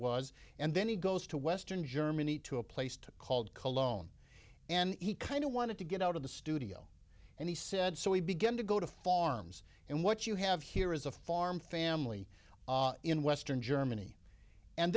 was and then he goes to western germany to a place to called cologne and he kind of wanted to get out of the studio and he said so we begin to go to farms and what you have here is a farm family in western germany and